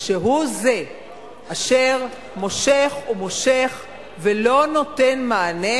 הוא זה אשר מושך ומושך ולא נותן מענה,